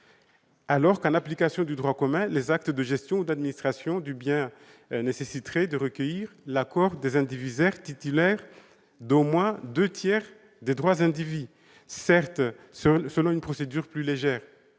alors qu'en application du droit commun les actes de gestion ou d'administration du bien nécessiteraient de recueillir l'accord des indivisaires titulaires d'au moins deux tiers des droits indivis, certes selon une procédure plus légère.